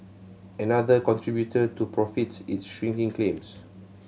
another contributor to profits is shrinking claims